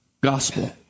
gospel